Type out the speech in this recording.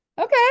Okay